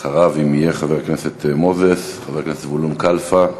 אחריו, חבר הכנסת מוזס, חבר הכנסת זבולון כלפה,